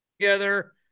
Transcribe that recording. together